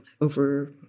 over